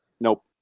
nope